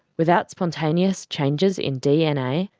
without spontaneous changes in dna,